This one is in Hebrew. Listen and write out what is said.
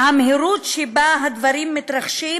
מהמהירות שבה הדברים מתרחשים,